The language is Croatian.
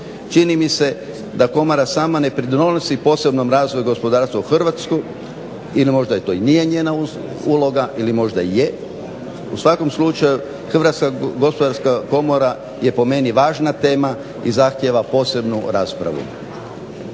Čini mi se da komora sama ne pridonosi posebnom razvoju gospodarstva u Hrvatsku ili možda to nije njena uloga, ili možda je. U svakom slučaju Hrvatska gospodarska komora je po meni važna tema i zahtijeva posebnu raspravu.